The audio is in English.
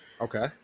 Okay